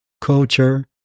culture